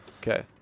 Okay